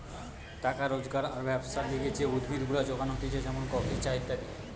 টাকা রোজগার আর ব্যবসার লিগে যে উদ্ভিদ গুলা যোগান হতিছে যেমন কফি, চা ইত্যাদি